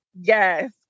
yes